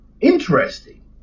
Interesting